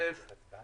על סדר